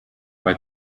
bei